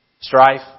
Strife